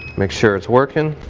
make sure it's working.